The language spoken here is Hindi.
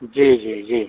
जी जी जी